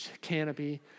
canopy